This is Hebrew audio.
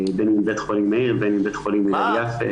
בין אם בבית החולים מאיר או בית החולים הלל יפה.